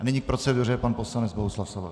Nyní k proceduře pan poslanec Bohuslav Svoboda.